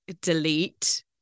delete